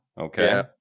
Okay